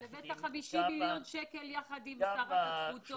אבל הבאת 50 מיליון שקל יחד עם שרת התפוצות,